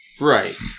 Right